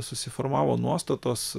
susiformavo nuostatos